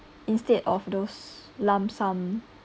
instead of those lump sum